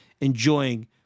enjoying